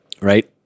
right